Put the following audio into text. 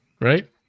Right